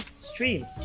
Stream